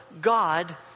God